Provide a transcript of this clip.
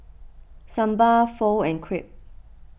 Sambar Pho and Crepe